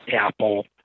Apple